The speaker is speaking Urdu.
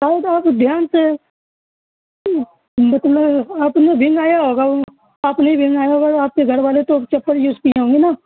نہیں تو آپ دھیان سے مطلب آپ نے بن آیا ہوگا آپ نے بن آیا ہوگا آپ کے گھر والے تو چپر یوز کیے ہوں گے نا